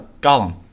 Gollum